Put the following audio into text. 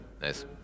Nice